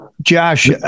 Josh